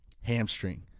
hamstring